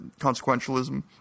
consequentialism